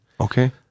Okay